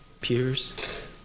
peers